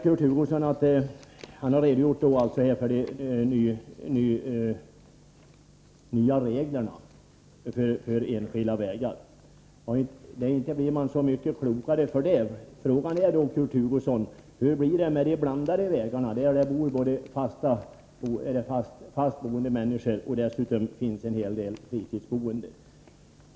Kurt Hugosson har här redogjort för de nya reglerna för enskilda vägar. Men man blir inte så mycket klokare för det. Frågan är, Kurt Hugosson: Hur blir det med vägarna i de områden där det finns både bofast befolkning och en heldel fritidsboende?